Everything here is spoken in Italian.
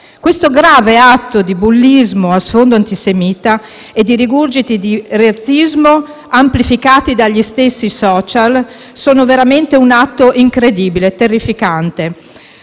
Questo grave atto di bullismo a sfondo antisemita e questo rigurgito di razzismo amplificati dagli stessi *social* sono veramente degli atti incredibili e terrificanti.